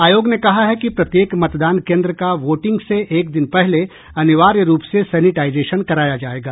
आयोग ने कहा है कि प्रत्येक मतदान केन्द्र का वोटिंग से एक दिन पहले अनिवार्य रूप से सेनिटाईजेंशन कराया जायगा